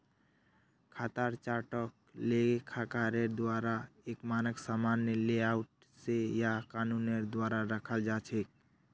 खातार चार्टक लेखाकारेर द्वाअरे एक मानक सामान्य लेआउट स या कानूनेर द्वारे रखाल जा छेक